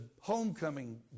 homecoming